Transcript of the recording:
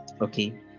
okay